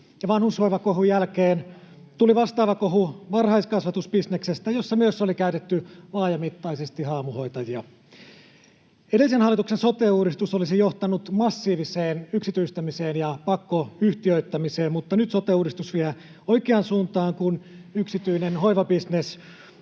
Vanhushoivakohun jälkeen tuli vastaava kohu varhaiskasvatusbisneksestä, jossa myös oli käytetty laajamittaisesti haamuhoitajia. Edellisen hallituksen sote-uudistus olisi johtanut massiiviseen yksityistämiseen ja pakkoyhtiöittämiseen, mutta nyt sote-uudistus vie oikeaan suuntaan, kun yksityinen hoivabisnes